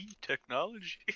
technology